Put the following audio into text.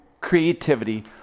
creativity